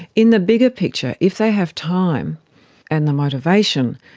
in the bigger picture, if they have time and the motivation,